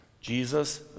Jesus